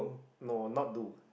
no not do